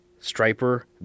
Striper